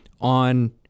on